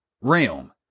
realm